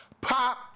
pop